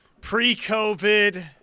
Pre-COVID –